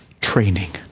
training